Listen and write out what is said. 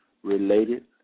related